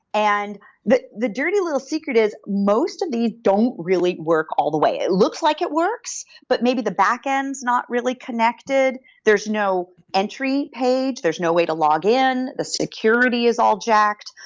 and the the dirty little secret is most of these don't really work all the way. it looks like it works, but maybe the back-end is not really connected. there's no entry page. there's no way to login. the security is all jacked.